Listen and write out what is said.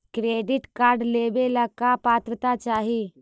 Credit card लेवेला का पात्रता चाही?